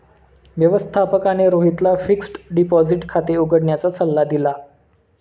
व्यवस्थापकाने रोहितला fixed deposit खाते उघडण्याचा सल्ला दिला